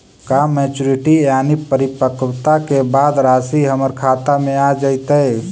का मैच्यूरिटी यानी परिपक्वता के बाद रासि हमर खाता में आ जइतई?